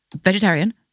vegetarian